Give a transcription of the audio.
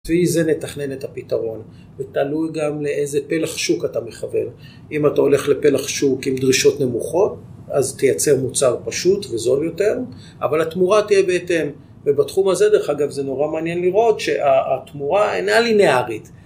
לפי זה נתכנן את הפתרון, ותלוי גם לאיזה פלח שוק אתה מכוון. אם אתה הולך לפלח שוק עם דרישות נמוכות, אז תייצר מוצר פשוט וזול יותר, אבל התמורה תהיה בהתאם. ובתחום הזה, דרך אגב, זה נורא מעניין לראות שהתמורה אינה לינארית.